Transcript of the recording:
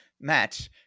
matt